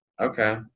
Okay